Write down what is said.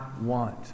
want